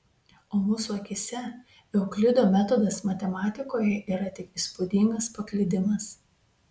o mūsų akyse euklido metodas matematikoje yra tik įspūdingas paklydimas